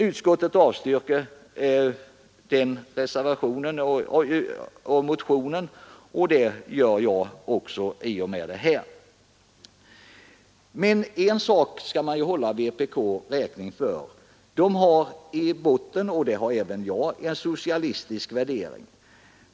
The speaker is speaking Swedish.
Utskottet yrkar avslag på denna motion, och det gör jag också. Men en sak skall man hålla vpk räkning för: man har i botten, och det har även jag, en socialistisk värdering.